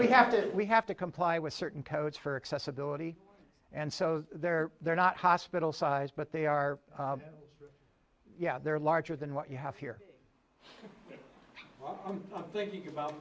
we have to we have to comply with certain codes for accessibility and so they're they're not hospital sized but they are yeah they're larger than what you have here i'm thinking about